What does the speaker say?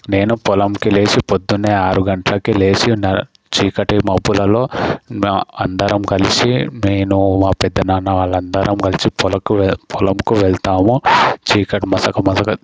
నేను పోలంకి లేచి పొద్దునే ఆరు గంటలకు లేచి న చీకటి మొబ్బులలో అందరం కలిసి నేను మా పెద్దనాన్న వాళ్ళందరం కలిసి పొలంకు పొలంకు వెళ్తాము చీకటి మసక మసక